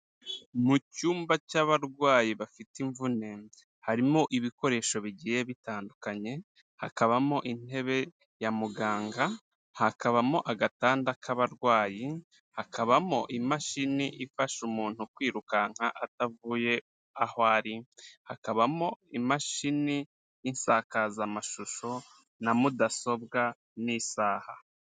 Mu cyumba cy'abarwayi bafite imvune, harimo ibikoresho bigiye bitandukanye, hakabamo intebe ya muganga, hakabamo agatanda k'abarwayi, hakabamo imashini ifasha umuntu kwirukanka atavuye aho ari, hakabamo imashini y'insakazamashusho na mudasobwa n'isaha.